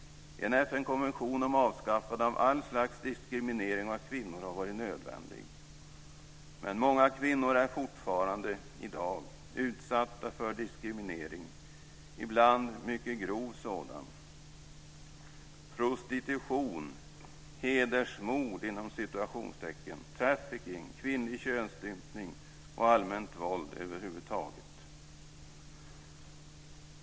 En FN-konvention om avskaffande av allt slags diskriminering av kvinnor har varit nödvändig. Men många kvinnor är fortfarande, i dag, utsatta för diskriminering, ibland mycket grov sådan - prostitution, "hedersmord", trafficking, kvinnlig könsstympning och allmänt våld över huvud taget.